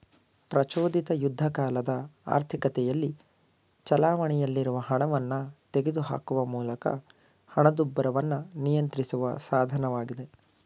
ಪ್ರಚೋದಿತ ಯುದ್ಧಕಾಲದ ಆರ್ಥಿಕತೆಯಲ್ಲಿ ಚಲಾವಣೆಯಲ್ಲಿರುವ ಹಣವನ್ನ ತೆಗೆದುಹಾಕುವ ಮೂಲಕ ಹಣದುಬ್ಬರವನ್ನ ನಿಯಂತ್ರಿಸುವ ಸಾಧನವಾಗಿದೆ